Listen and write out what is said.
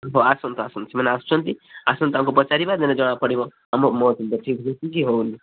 ଆସନ୍ତୁ ଆସନ୍ତୁ ସେମାନେ ଆସୁଛନ୍ତି ଆସନ୍ତୁ ତାଙ୍କୁ ପଚାରିବା ଦେନେ ଜଣାପଡ଼ିବ ମୋର ଠିକ ହଉଛି କି ହଉନି